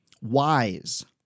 Wise